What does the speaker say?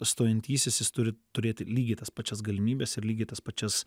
stojantysis jis turi turėti lygiai tas pačias galimybes ir lygiai tas pačias